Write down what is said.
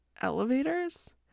elevators